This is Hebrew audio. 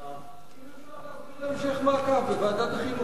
אם אפשר להעביר להמשך מעקב לוועדת החינוך,